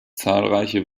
zahlreiche